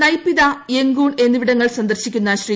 Naypyidaw Yangon എന്നിവിടങ്ങൾ സന്ദർശിക്കുന്ന ശ്രീ